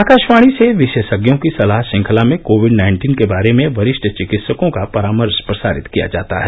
आकाशवाणी से विशेषज्ञों की सलाह श्रृंखला में कोविड नाइन्टीन के बारे में वरिष्ठ चिकित्सकों का परामर्श प्रसारित किया जाता है